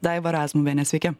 daiva razmuviene sveiki